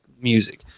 music